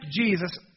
Jesus